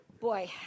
Boy